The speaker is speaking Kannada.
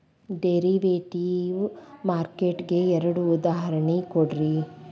ಡೆರಿವೆಟಿವ್ ಮಾರ್ಕೆಟ್ ಗೆ ಎರಡ್ ಉದಾಹರ್ಣಿ ಕೊಡ್ರಿ